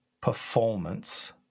performance